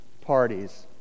parties